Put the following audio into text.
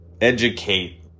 educate